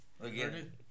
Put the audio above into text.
Again